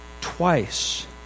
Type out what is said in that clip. twice